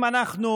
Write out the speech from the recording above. אם אנחנו